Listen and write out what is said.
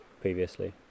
previously